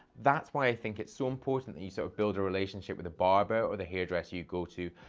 that's why i think it's so important that you so build a relationship with a barber or the hairdresser you go to.